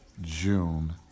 June